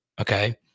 Okay